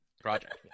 project